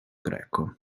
greco